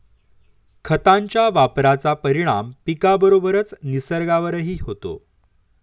खतांच्या वापराचा परिणाम पिकाबरोबरच निसर्गावरही होतो